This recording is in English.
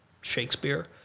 Shakespeare